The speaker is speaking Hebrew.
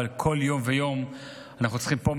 אבל כל יום ויום אנחנו צריכים פה,